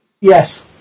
Yes